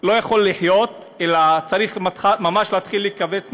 לא יכול לחיות אלא הוא צריך ממש להתחיל לקבץ נדבות,